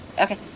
Okay